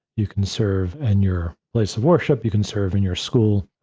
you can serve in your place of worship, you can serve in your school,